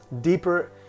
deeper